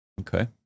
Okay